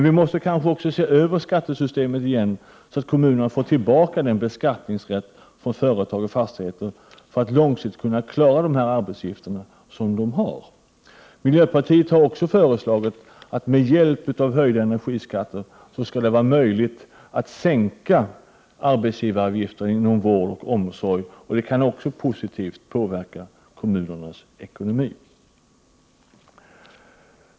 Vi måste kanske återigen se över skattesystemet, så att kommunerna får tillbaka sin beskattningsrätt för företag och fastigheter för att långsiktigt kunna klara de arbetsuppgifter som de har. Miljöpartiet har också föreslagit att det med hjälp av höjda energiskatter skall vara möjligt att sänka arbetsgivaravgiften inom vård och omsorg. Det kan också positivt påverka kommunernas ekonomi.